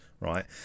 right